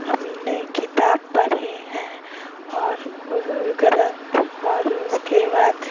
हमने किताब पढ़े हैं और गुरु ग्रंथ और उसके बाद